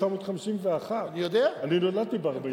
1951. אני נולדתי ב-1944,